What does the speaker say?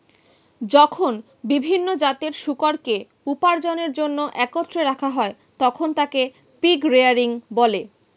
যখন বিভিন্ন জাতের শূকরকে উপার্জনের জন্য একত্রে রাখা হয়, তখন তাকে পিগ রেয়ারিং বলে